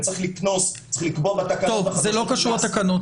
וצריך לקבוע בתקנות החדשות קנס --- זה לא קשור לתקנות,